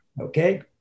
okay